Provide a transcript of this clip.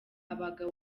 abagabo